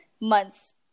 months